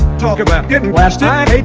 talk about getting blasted, i